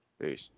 Peace